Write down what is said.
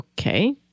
Okay